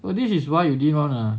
well this is why you didn't wanna